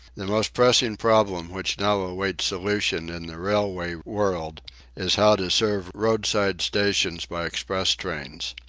the most pressing problem which now awaits solution in the railway world is how to serve roadside stations by express trains.